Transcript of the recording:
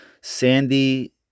Sandy